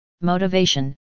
motivation